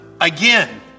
Again